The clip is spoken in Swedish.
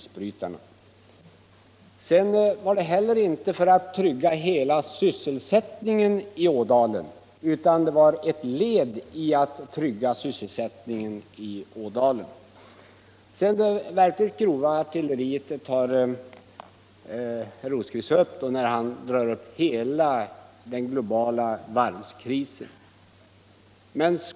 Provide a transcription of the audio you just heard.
Sedan vill jag säga att avsikten med upprustningen inte är att trygga hela sysselsättningsbehovet i Ådalen, utan åtgärden skall ses som err led i ansträngningarna att trygga sysselsättningen i Ådalen. Det verkligt grova artilleriet tar herr Rosqvist till när han drar upp hela den globala varvskrisen.